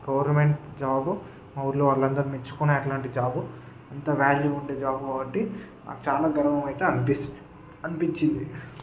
government job మా ఊళ్ళో వాళ్ళందరూ మెచ్చుకునే అట్లాంటి జాబు అంత వాల్యు ఉండే జాబు కాబట్టి నాకు చాలా గర్వమైతే అనిపిస్తుంది అనిపించింది